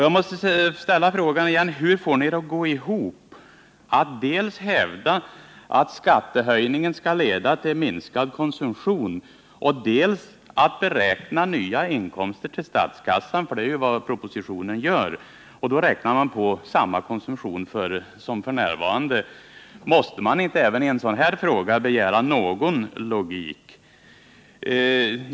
Jag måste ställa frågan igen: Hur får ni det att gå ihop att dels hävda att skattehöjningen skall leda till minskad konsumtion, dels beräkna nya inkomster till statskassan — för det är ju vad som görs i propositionen — och då räkna på samma konsumtion som f. n.? Måste vi inte även i en sådan här fråga begära någon logik?